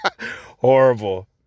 Horrible